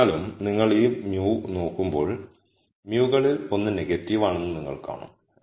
എന്നിരുന്നാലും നിങ്ങൾ ഈ μ നോക്കുമ്പോൾ μ കളിൽ ഒന്ന് നെഗറ്റീവ് ആണെന്ന് നിങ്ങൾ കാണും